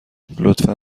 لطفا